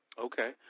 Okay